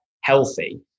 healthy